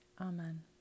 Amen